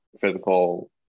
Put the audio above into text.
physical